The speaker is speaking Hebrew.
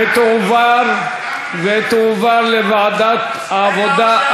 ותועבר לוועדת העבודה,